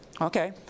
Okay